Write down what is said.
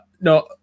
No